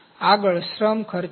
આગળ શ્રમ ખર્ચ છે